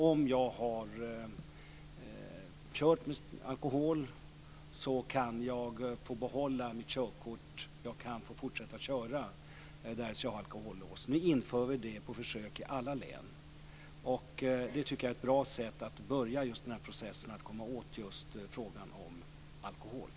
Om man har kört med alkohol i kroppen kan man på det sättet få behålla sitt körkort och få fortsätta att köra. Nu ska det införas på försök i alla län. Det tycker jag är ett bra sätt att börja på för att komma åt rattfylleri.